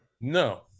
no